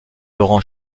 laurent